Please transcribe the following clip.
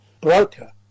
broker